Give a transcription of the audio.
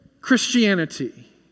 Christianity